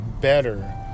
better